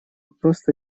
просто